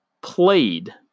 played